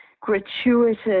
gratuitous